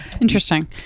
Interesting